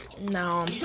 no